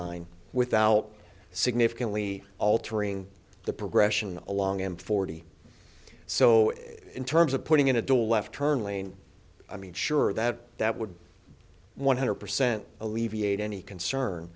line without significantly altering the progression along in forty so in terms of putting in a door left turn lane i mean sure that that would be one hundred percent alleviate any concern